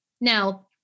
Now